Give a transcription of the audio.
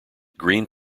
green